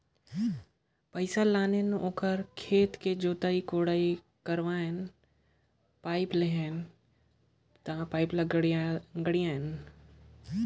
पइसा लाने तेखर खेत के जोताई कोड़ाई करवायें पाइप लेहे पाइप ल गड़ियाथे